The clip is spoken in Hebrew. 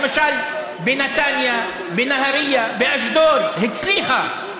למשל בנתניה, בנהריה ובאשדוד היא הצליחה.